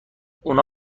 اونا